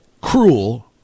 cruel